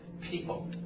people